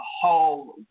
whole